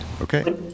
Okay